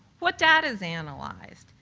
what data is analyzed?